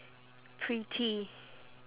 pretty